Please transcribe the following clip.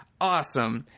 awesome